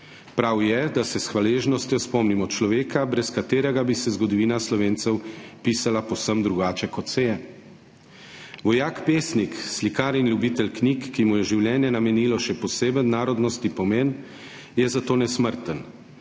Prav je, da se s hvaležnostjo spomnimo človeka, brez katerega bi se zgodovina Slovencev pisala povsem drugače, kot se je. Vojak, pesnik, slikar in ljubitelj knjig, ki mu je življenje namenilo še poseben narodnostni pomen, je zato nesmrten.